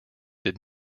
did